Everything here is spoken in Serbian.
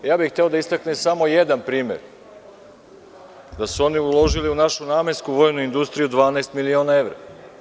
Hteo bih da istaknem samo jedan primer, da su oni uložili u našu namensku vojnu industriju 12 miliona evra.